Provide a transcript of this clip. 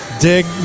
dig